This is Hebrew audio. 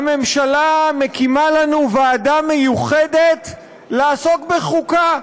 הממשלה מקימה לנו ועדה מיוחדת לעסוק בחוקה.